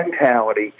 mentality